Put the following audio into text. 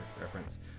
reference